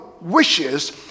wishes